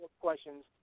questions